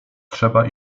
trzeba